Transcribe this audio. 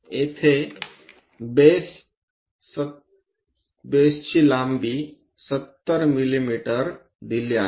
येथे बेस लांबी 70 मिमी दिली आहे